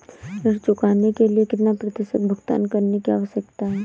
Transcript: ऋण चुकाने के लिए कितना प्रतिशत भुगतान करने की आवश्यकता है?